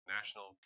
National